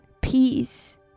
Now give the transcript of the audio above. peace